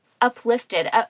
uplifted